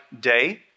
day